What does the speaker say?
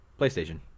playstation